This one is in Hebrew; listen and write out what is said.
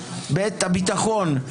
את הביטחון,